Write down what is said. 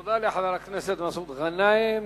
תודה לחבר הכנסת מסעוד גנאים.